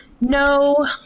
No